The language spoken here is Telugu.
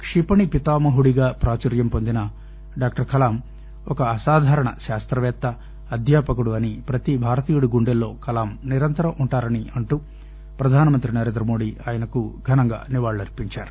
క్షిపణి పితామహుడిగా ప్రాచుర్యం పొందిన డాక్టర్ కలాం ఒక అసాధారణ శాస్త్రవేత్త అధ్యాపకుడు అని ప్రతి భారతీయుడి గుండెల్లో కలాం నిరంతరం ఉంటారని అంటూ ప్రధానమంత్రి నరేంద్రమోదీ ఆయనకు ఘనంగా నివాళులర్పించారు